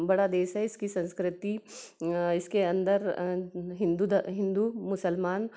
बड़ा देश है इसकी संस्कृति इसके अंदर हिंदू धर हिन्दू मुसलमान